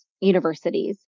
universities